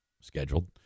scheduled